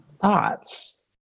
thoughts